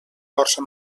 força